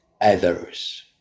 others